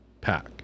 pack